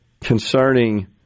concerning